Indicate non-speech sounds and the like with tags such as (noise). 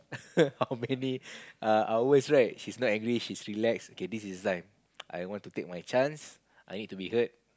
(laughs) how many uh hours right she's not angry she's relaxed okay this is the time I want to take my chance I need to be heard